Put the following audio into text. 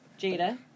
Jada